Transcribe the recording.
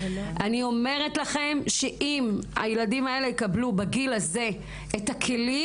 אני אומרת לכם שאם הילדים האלה יקבלו בגיל הזה את הכלים,